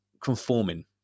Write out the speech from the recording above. conforming